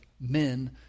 men